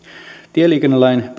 tieliikennelain